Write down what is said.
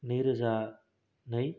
नै रोजा नै